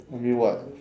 I mean what